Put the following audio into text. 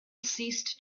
ceased